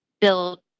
build